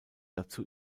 dazu